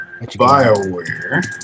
BioWare